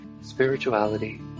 spirituality